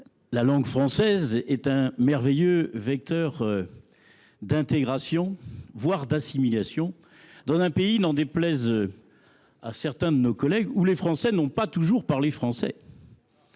la langue française est un merveilleux vecteur d’intégration, voire d’assimilation. Pourtant, n’en déplaise à certains d’entre vous, les Français n’ont pas toujours parlé français